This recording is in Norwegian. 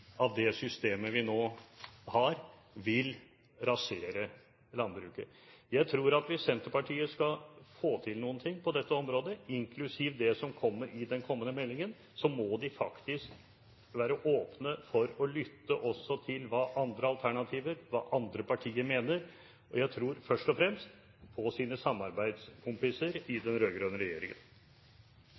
av det systemet vi nå har, vil rasere landbruket. Jeg tror at hvis Senterpartiet skal få til noe på dette området, inklusiv det som kommer i den kommende meldingen, må de være åpne for å lytte også til andre alternativer og hva andre partier mener, og jeg tror først og fremst på sine samarbeidskompiser i den rød-grønne regjeringen.